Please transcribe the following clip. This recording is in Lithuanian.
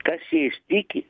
kas jais tiki